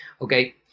okay